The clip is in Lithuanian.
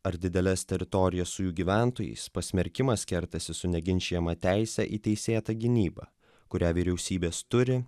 ar dideles teritorijas su jų gyventojais pasmerkimas kertasi su neginčijamą teisę į teisėtą gynybą kurią vyriausybės turi